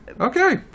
Okay